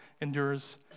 endures